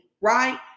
right